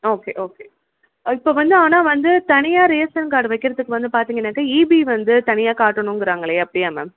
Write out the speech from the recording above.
okay okay இப்போது வந்து ஆனால் வந்து தனியா ரேஷன் கார்டு வைக்கறதுக்கு வந்து பாத்திங்கனாக்க இபி வந்து தனியாக காட்டணுங்கிறாங்களே அப்படியா மேம்